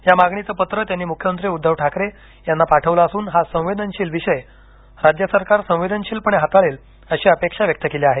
या मागणीचं पत्र त्यांनी मुख्यमंत्री उद्धव ठाकरे यांना पाठवलं असून हा संवेदनशील विषय राज्य सरकार संवेदनशीलपणे हाताळेल अशी अपेक्षा व्यक्त केली आहे